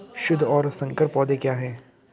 शुद्ध और संकर पौधे क्या हैं?